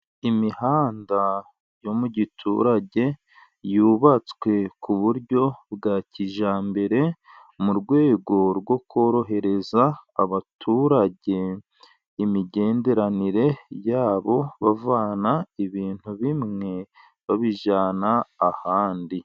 Imihanda yo mu giturage yubatswe ku buryo bwa kijyambere, mu rwego rwo korohereza abaturage imigenderanire yabo, bavana ibintu bimwe babijyana ahandi.